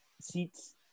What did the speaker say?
seats